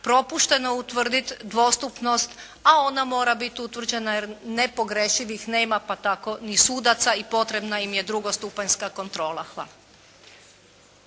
Propušteno je utvrditi dostupnost a ona mora biti utvrđena jer nepogrešivih nema pa tako ni sudaca i potrebna im je drugostupanjska kontrola. Hvala.